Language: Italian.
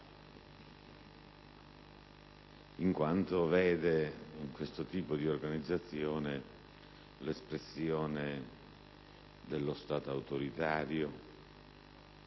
in quanto vede in questo tipo di organizzazione l'espressione dello Stato autoritario